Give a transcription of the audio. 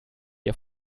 ihr